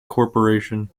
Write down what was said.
corporation